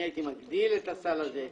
אני הייתי מגדיל את הסל הזה,